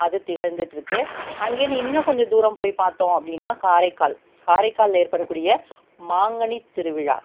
அது திகழ்ந்துட் இருக்கு அங்கேயிர்ந்து இன்னும் கொஞ்சம் தூரம் போய் பார்த்தோம் அப்படின்னா காரைக்கால் காரைக்காலில் ஏற்படக்கூடிய மாங்கனி திருவிழா